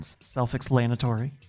self-explanatory